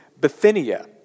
Bithynia